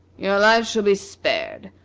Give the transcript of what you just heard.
your lives shall be spared,